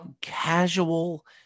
casual